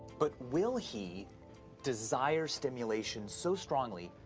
but will he desire stimulation so strongly,